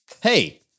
Hey